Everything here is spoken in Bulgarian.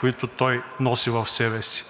които той носи в себе си.